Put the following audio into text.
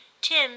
Tim